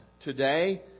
today